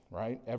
right